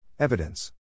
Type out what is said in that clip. Evidence